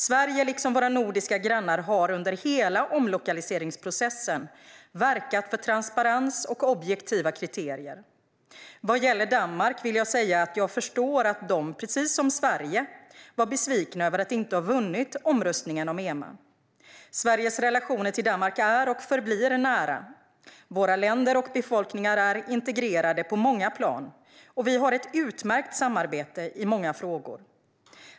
Sverige, liksom våra nordiska grannar, har under hela omlokaliseringsprocessen verkat för transparens och objektiva kriterier. Vad gäller Danmark vill jag säga att jag förstår att de, precis som Sverige, var besvikna över att inte ha vunnit omröstningen om EMA. Sveriges relationer till Danmark är och förblir nära. Våra länder och befolkningar är integrerade på många plan, och vi har ett utmärkt samarbete i många frågor.